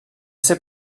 ser